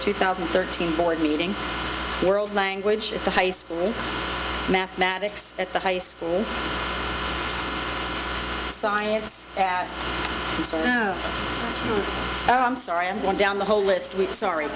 two thousand and thirteen board meeting world language high school mathematics at the high school science yeah oh i'm sorry i'm going down the whole list we sorry